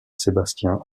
sébastien